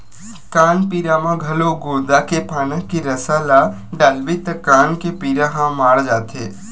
कान पीरा म घलो गोंदा के पाना के रसा ल डालबे त कान के पीरा ह माड़ जाथे